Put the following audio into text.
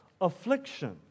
affliction